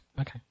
Okay